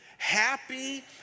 Happy